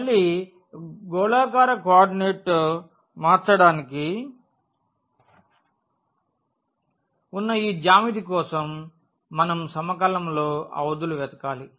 మళ్ళీ గోళాకార కోఆర్డినేట్గా మారడానికి ఉన్న ఈ జ్యామితి కోసం మనం సమకలనం లో అవధులు వెతకాలి